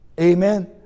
Amen